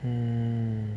hmm